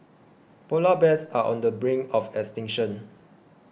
Polar Bears are on the brink of extinction